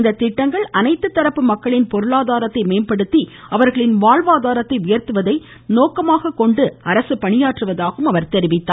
இந்த திட்டங்கள் அனைத்து தரப்பு மக்களின் பொருளாதாரத்தை மேம்படுத்தி அவர்களின் வாழ்வாதாரத்தை உயர்த்துவதை நோக்கமாக கொண்டு அரசு பணியாற்றுவதாக குறிப்பிட்டார்